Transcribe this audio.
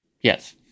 Yes